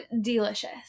delicious